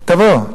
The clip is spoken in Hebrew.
תבוא,